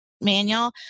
Manual